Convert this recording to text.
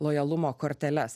lojalumo korteles